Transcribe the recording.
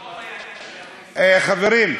חברים,